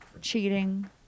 cheating